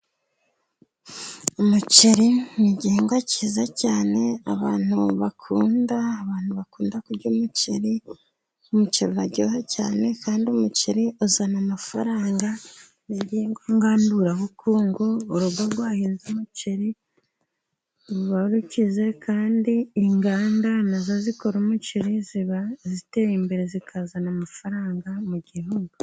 Umuceri ni igihingwa cyiza cyane abantu bakunda, abantu bakunda kurya umuceri, umuceri uraryoha cyane kandi umuceri uzana amafaranga, ni igihingwa ngandurabukungu, urugo rwahinze umuceri ruba rukize, kandi inganda na zo zikora umuceri ziba ziteye imbere, zikazana amafaranga mu gihugu.